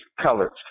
colors